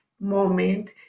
moment